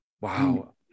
Wow